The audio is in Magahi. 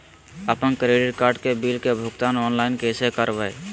अपन क्रेडिट कार्ड के बिल के भुगतान ऑनलाइन कैसे करबैय?